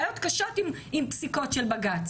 יש לי בעיות קשות עם פסיקות של בג"ץ,